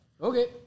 Okay